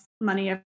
money